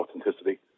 authenticity